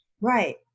Right